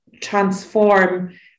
transform